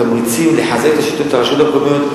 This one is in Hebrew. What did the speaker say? תמריצים כלשהם לחזק את הרשויות המקומיות,